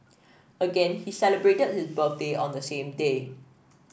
again he celebrated his birthday on the same day